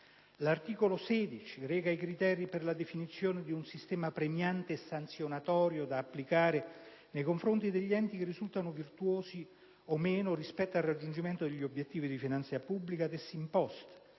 L'articolo 26 reca i criteri per la definizione di un sistema premiale e sanzionatorio da applicare nei confronti degli enti che risultano virtuosi o meno rispetto al raggiungimento degli obiettivi di finanza pubblica ad essi imposti.